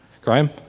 Graham